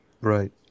Right